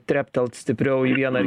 treptelti stipriau į vieną